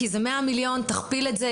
כי זה 100 מיליון ותכפיל את זה,